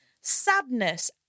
Sadness